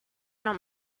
not